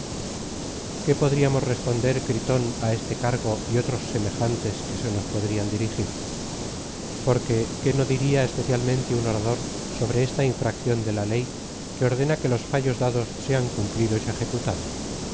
adrid podríamos responder gritón á este cargo y otros semejantes que se nos podian dirigir porque qué no diria especialmente un orador sobre esta infracción de la ley que ordena que los fallos dados sean cumplidos y